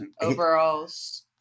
Overalls